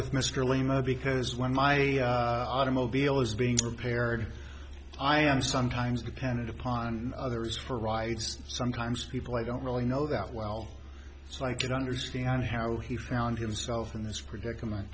with mr lima because when my automobile is being repaired i am sometimes the tenet upon others for rides sometimes people i don't really know that well so i can understand how he found himself in this predicament